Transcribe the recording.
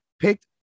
Picked